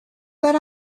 but